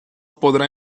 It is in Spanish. podrá